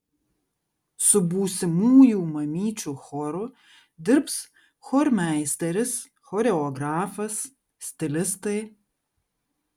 su būsimųjų mamyčių choru dirbs chormeisteris choreografas stilistai